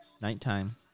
Nighttime